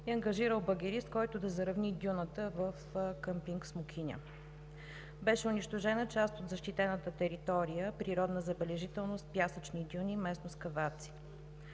е ангажирал багерист, който да заравни дюната в къмпинг „Смокиня“. Беше унищожена част от защитената територия, природна забележителност, пясъчни дюни, местност Каваци.